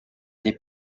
des